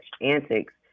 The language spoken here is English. antics